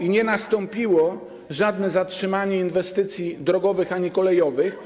I nie nastąpiło żadne zatrzymanie inwestycji drogowych ani kolejowych.